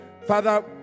Father